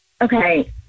okay